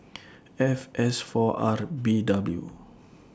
F S four R B W